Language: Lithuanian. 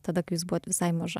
tada kai jūs buvot visai maža